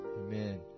Amen